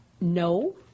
no